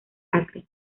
acre